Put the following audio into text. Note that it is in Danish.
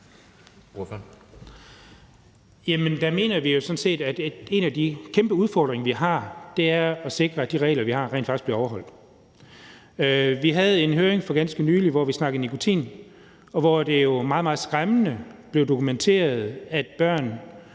Der mener vi jo sådan set, at en af de kæmpe udfordringer, vi har, er at sikre, at de regler, vi har, rent faktisk bliver overholdt. Vi havde en høring for ganske nylig, hvor vi snakkede om nikotin, og hvor det jo meget, meget skræmmende blev dokumenteret, at børn